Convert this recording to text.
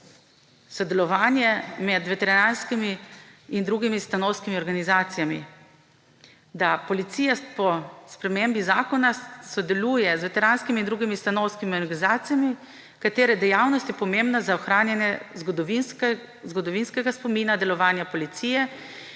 sodelovanje med veteranskimi in drugimi stanovskimi organizacijami, da Policija po spremembi zakona »sodeluje z veteranskimi in drugimi stanovskimi organizacijami, katerih dejavnost je pomembna za ohranjanje zgodovinskega spomina delovanja policije,